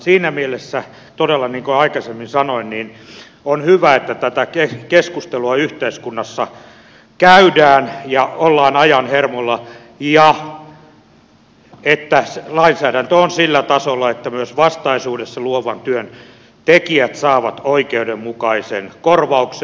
siinä mielessä todella niin kuin aikaisemmin sanoin on hyvä että tätä keskustelua yhteiskunnassa käydään ja ollaan ajan hermolla ja lainsäädäntö on sillä tasolla että myös vastaisuudessa luovan työn tekijät saavat oikeudenmukaisen korvauksen